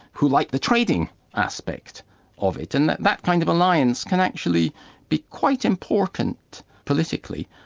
who like the trading aspect of it. and that kind of alliance can actually be quite important politically.